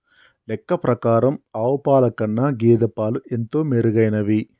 లెక్క ప్రకారం ఆవు పాల కన్నా గేదె పాలు ఎంతో మెరుగైనవి